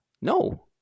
no